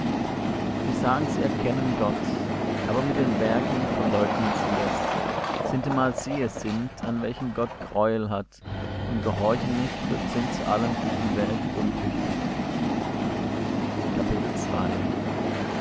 sie sagen sie erkennen gott aber mit den werken verleugnen sie es sintemal sie es sind an welchen gott greuel hat und gehorchen nicht und sind zu allem guten werk untüchtig